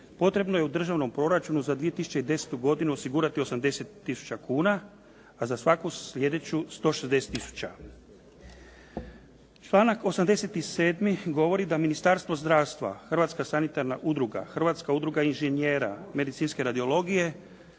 potrebno je u državnom proračunu za 2010. godinu osigurati 80 tisuću kuna, a za svaku slijedeću 160 tisuća. Članak 87. govori da Ministarstvo zdravstva, Hrvatska sanitarna udruga, Hrvatska udruga inženjera medicinske radiologije,